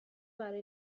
برای